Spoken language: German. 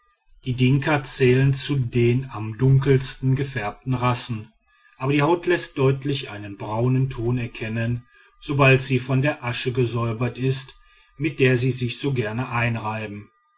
die dinka zählen zu den am dunkelsten gefärbten rassen aber die haut läßt deutlich einen braunen ton erkennen sobald sie von der asche gesäubert ist mit der sie sich so gern einreiben